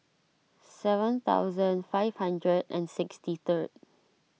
seven thousand five hundred and sixty third